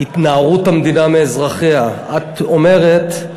התנערות המדינה מאזרחיה, את אומרת: